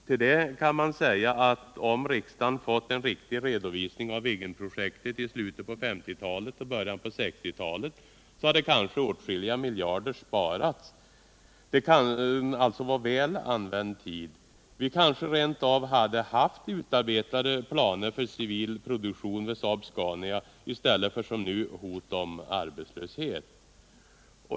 Till det kan man säga att om riksdagen fått en riktig redovisning av Viggenprojektet i slutet av 1950 talet och början av 1960-talet hade kanske åtskilliga miljarder sparats. Det kan alltså vara väl använd tid. Vi kanske rent av hade haft utarbetade planer för civil produktion vid Saab-Scania i stället för som nu hot om arbetslöshet.